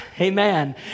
amen